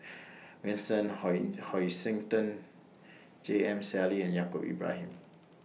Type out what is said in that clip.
Vincent Hoisington J M Sali and Yaacob Ibrahim